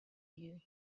you